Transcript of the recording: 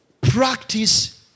practice